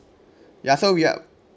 ya so we are